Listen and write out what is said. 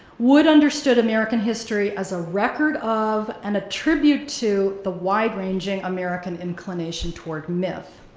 wood understood american history as a record of and a tribute to the wide ranging american inclination toward myth.